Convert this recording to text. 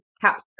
capture